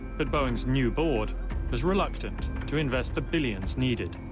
but boeing's new board was reluctant to invest the billions needed.